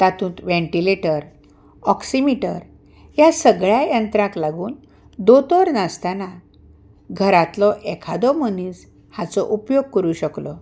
तातूंत ventilator oximeter ह्या सगल्या यंत्राक लागून दोतोर नासतना घरांतलो एखादो मनीस हाचो उपयोग करूं शकलो